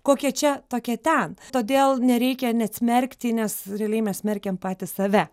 kokia čia tokia ten todėl nereikia net smerkti nes realiai mes smerkiam patys save